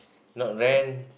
not rent